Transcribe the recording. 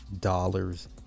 dollars